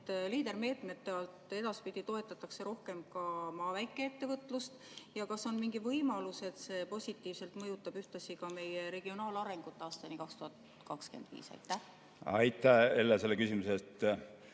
LEADER-meetmete alt edaspidi toetatakse rohkem ka maaväikeettevõtlust, ja kas on mingi võimalus, et see mõjutab positiivselt ühtlasi ka meie regionaalarengut aastani 2025? Aitäh, hea